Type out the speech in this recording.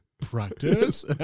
Practice